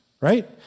right